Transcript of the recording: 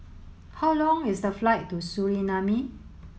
how long is the flight to Suriname